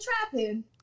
trapping